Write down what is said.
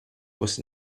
was